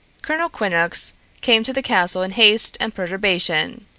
colonel quinnox came to the castle in haste and perturbation.